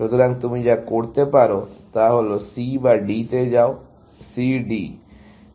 সুতরাং তুমি যা করতে পারো তা হলো C বা D তে যাও C D